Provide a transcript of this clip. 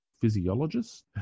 physiologist